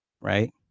Right